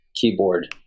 keyboard